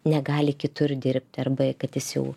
negali kitur dirbti arba kad jis jau